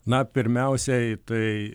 na pirmiausiai tai